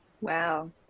Wow